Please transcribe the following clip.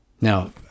Now